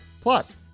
Plus